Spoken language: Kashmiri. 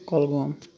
کۄلگوم